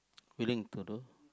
willing to do